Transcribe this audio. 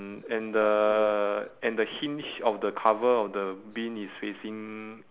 and the and the hinge of the cover of the bin is facing